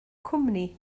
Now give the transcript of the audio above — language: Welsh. cwmni